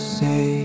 say